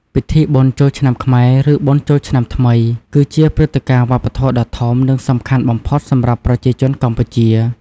ពិធីបុណ្យចូលឆ្នាំខ្មែរ ឬ បុណ្យចូលឆ្នំាថ្មី គឺជាព្រឹត្តិការណ៍វប្បធម៌ដ៏ធំ និងសំខាន់បំផុតសម្រាប់ប្រជាជនកម្ពុជា។